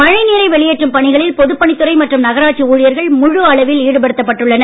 மழை நீரை வெளியேற்றும் பணிகளில் பொதுப்பணித்துறை மற்றும் நகராட்சி ஊழியர்கள் முழுஅளவில் ஈடுபடுத்தப்பட்டுள்ளனர்